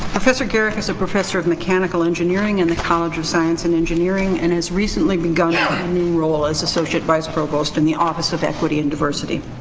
professor garrick is a professor of mechanical engineering in the college of science and engineering and has recently begun a ah and new role as associate vice provost in the office of equity and diversity.